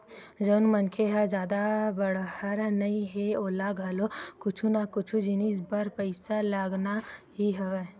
जउन मनखे ह जादा बड़हर नइ हे ओला घलो कुछु ना कुछु जिनिस बर पइसा लगना ही हवय